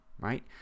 right